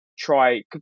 try